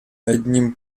одним